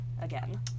again